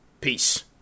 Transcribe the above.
Peace